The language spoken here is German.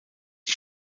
die